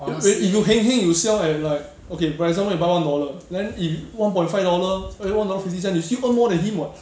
eh if you heng heng you sell at like okay for example you buy one dollar then if one point five dollar eh one dollar fifty cents you still earn more than him what